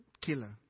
killer